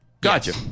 gotcha